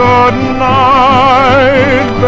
Goodnight